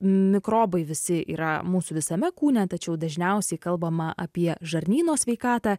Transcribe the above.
mikrobai visi yra mūsų visame kūne tačiau dažniausiai kalbama apie žarnyno sveikatą